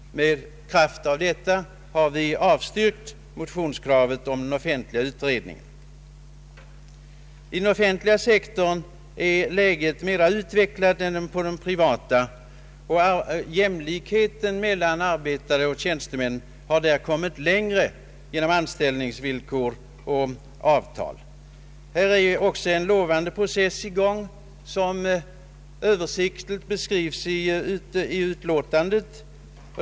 I kraft av detta har vi avstyrkt motionskravet om den offentliga utredningen. Inom den offentliga sektorn är förhållandena mera utvecklade än på den privata, och jämlikheten mellan arbetare och tjänstemän har där kommit längre i anställningsvillkor och avtal. Här är också en lovande process i gång som översiktligt beskrivs i utlåtandet.